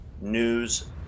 news